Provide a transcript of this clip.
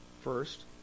first